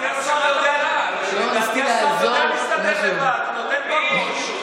לדעתי השר יודע להסתדר לבד, נותן בראש.